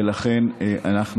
ולכן אנחנו,